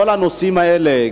כל הנושאים האלה,